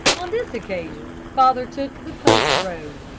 on this occasion father took the post road.